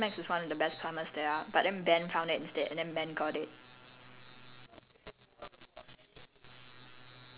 ya so the watch was actually meant for max because max is one of the best plumbers there ah but then ben found it instead and then ben got it